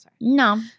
No